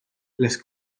les